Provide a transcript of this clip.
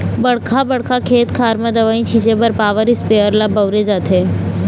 बड़का बड़का खेत खार म दवई छिंचे बर पॉवर इस्पेयर ल बउरे जाथे